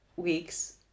weeks